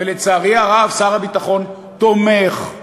ולצערי הרב שר הביטחון תומך,